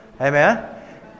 Amen